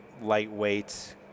lightweight